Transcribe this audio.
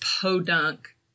podunk